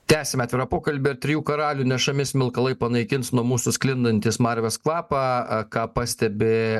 tęsiame pokalbį trijų karalių nešami smilkalai panaikins nuo mūsų sklindantį smarvės kvapą ką pastebi